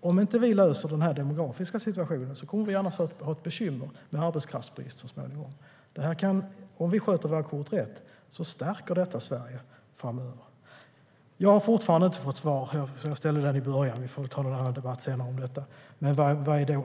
Om vi inte löser den demografiska situationen kommer vi att ha ett bekymmer med arbetskraftsbrist så småningom. Om vi sköter våra kort rätt stärker detta Sverige framöver. Jag har fortfarande inte fått svar. Jag ställde frågan i början av debatten. Vi får väl ta någon annan debatt om detta sedan.